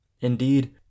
Indeed